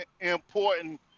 important